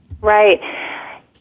Right